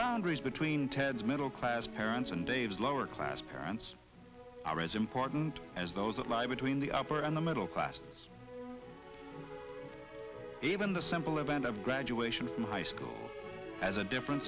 boundaries between ted's middle class parents and dave's lower class parents are as important as those that live between the upper and the middle class even the simple event of graduation from high school has a different